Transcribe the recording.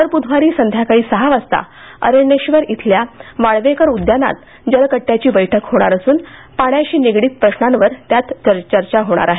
दर बुधवारी संध्याकाळी सहा वाजता अरण्येश्वर इथल्या वाळवेकर उद्यानात जलकट्ट्याची बैठक होणार असून पाण्याशी निगडित प्रश्नांवर चर्चा होणार आहे